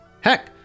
Heck